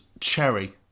cherry